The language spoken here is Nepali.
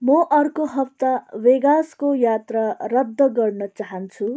म अर्को हप्ता वेगासको यात्रा रद्द गर्न चाहन्छु